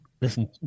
listen